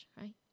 right